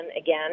again